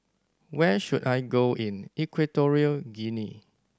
where should I go in Equatorial Guinea